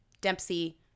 Dempsey